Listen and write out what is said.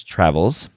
Travels